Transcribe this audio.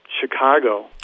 Chicago